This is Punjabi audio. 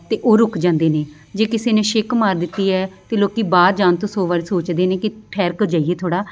ਅਤੇ ਉਹ ਰੁਕ ਜਾਂਦੇ ਨੇ ਜੇ ਕਿਸੇ ਨੇ ਛਿੱਕ ਮਾਰ ਦਿੱਤੀ ਹੈ ਤਾਂ ਲੋਕ ਬਾਹਰ ਜਾਣ ਤੋਂ ਸੌ ਵਾਰੀ ਸੋਚਦੇ ਨੇ ਕਿ ਠਹਿਰ ਕੇ ਜਾਈਏ ਥੋੜ੍ਹਾ